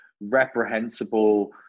reprehensible